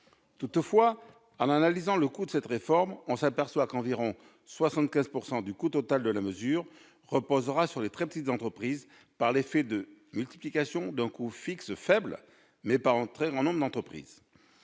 Toutefois, en analysant le coût de cette réforme, on s'aperçoit qu'environ 75 % du coût total de la mesure reposera sur les très petites entreprises par l'effet de multiplication d'un coût fixe faible par un très grand nombre d'entreprises.